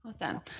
Awesome